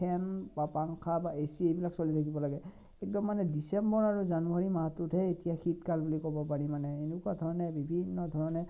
ফেন বা পাংখা বা এ চি এইবিলাক চলি থাকিব লাগে কিন্তু মানে ডিচেম্বৰ আৰু জানুৱাৰী মাহটোতহে এতিয়া শীতকাল বুলি ক'ব পাৰি মানে এনেকুৱা ধৰণে বিভিন্ন ধৰণে